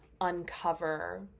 uncover